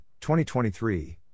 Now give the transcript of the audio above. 2023